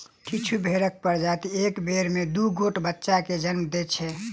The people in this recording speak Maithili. किछु भेंड़क प्रजाति एक बेर मे दू गोट बच्चा के जन्म दैत छै